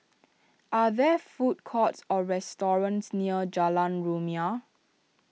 are there food courts or restaurants near Jalan Rumia